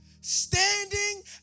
standing